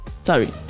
sorry